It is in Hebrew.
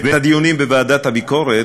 בוועדת הביקורת,